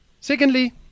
Secondly